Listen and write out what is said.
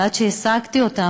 ועד שהשגתי אותם.